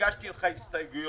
הגשתי לך הסתייגויות.